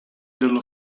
dello